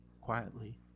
quietly